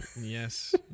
Yes